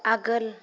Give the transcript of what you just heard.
आगोल